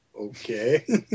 Okay